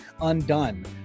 undone